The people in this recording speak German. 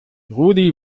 rudi